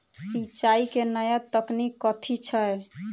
सिंचाई केँ नया तकनीक कथी छै?